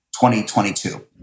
2022